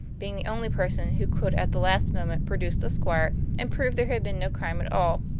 being the only person who could at the last moment produce the squire and prove there had been no crime at all.